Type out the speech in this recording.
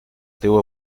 teu